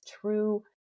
true